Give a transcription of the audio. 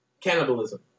Cannibalism